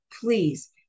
please